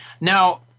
Now